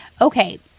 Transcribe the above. okay